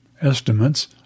estimates